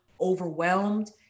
overwhelmed